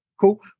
cool